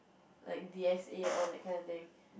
like D_S_A all that kind of thing